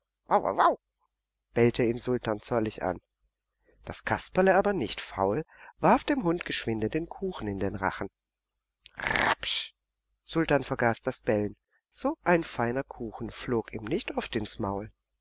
bellte ihn sultan zornig an das kasperle aber nicht faul warf dem hund geschwinde den kuchen in den rachen rrrabsch sultan vergaß das bellen so ein feiner kuchen flog ihm nicht oft ins maul